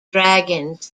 dragons